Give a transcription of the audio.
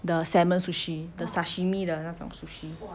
the salmon sushi the sashimi 的那种 sushi